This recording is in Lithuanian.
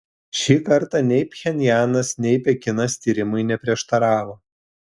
šį kartą nei pchenjanas nei pekinas tyrimui neprieštaravo